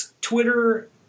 Twitter